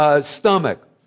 stomach